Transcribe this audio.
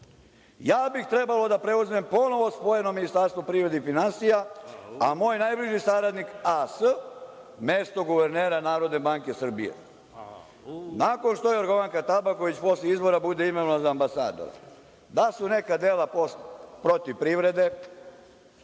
bih trebao da preuzmem ponovo spojeno Ministarstvo privrede i finansija, a moj najbliži saradnik A.S. mesto guvernera Narodne banke Srbije. Nakon što Jorgovanka Tabaković, posle izbora bude imenovana za ambasadora. Da su neka dela protiv privrede,